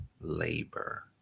labor